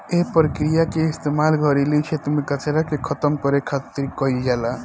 एह प्रक्रिया के इस्तेमाल घरेलू क्षेत्र में कचरा के खतम करे खातिर खातिर कईल जाला